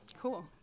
Cool